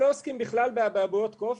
לא עוסקים בכלל באבעבועות קוף,